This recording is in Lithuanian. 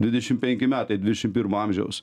dvidešim penki metai dvidešim pirmo amžiaus